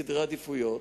סדרי עדיפויות,